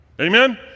Amen